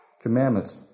commandments